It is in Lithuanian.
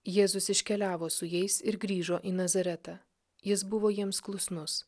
jėzus iškeliavo su jais ir grįžo į nazaretą jis buvo jiems klusnus